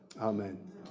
Amen